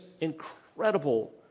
incredible